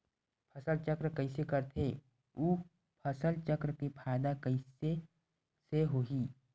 फसल चक्र कइसे करथे उ फसल चक्र के फ़ायदा कइसे से होही?